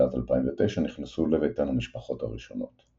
ובתחילת 2009 נכנסו לביתן המשפחות הראשונות.